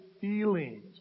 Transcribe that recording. feelings